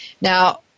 Now